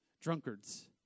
drunkards